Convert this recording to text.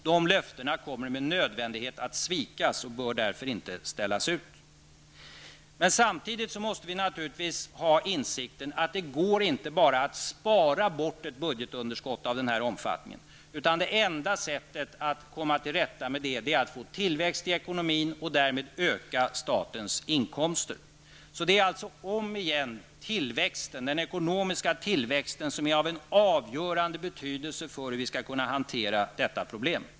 De löftena kommer med nödvändighet att svikas och bör därför inte ställas ut. Men samtidigt måste vi naturligtvis ha insikten att det inte går att bara spara bort ett budgetunderskott av den här omfattningen. Det enda sättet att komma till rätta med det är att få tillväxt i ekonomin och därmed öka statens inkomster. Det är alltså om igen den ekonomiska tillväxten som är av avgörande betydelse för hur vi skall kunna hantera detta problem.